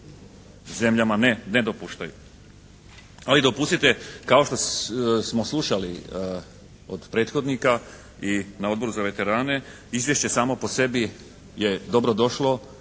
zemljama ne dopuštaju. Ali dopustite kao što smo slušali od prethodnika i na Odboru za veterane izvješće samo po sebi je dobro došlo,